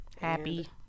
Happy